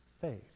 faith